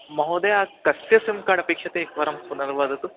महोदया कस्य SIM card अपेक्षते एकवारं पुनर्वदतु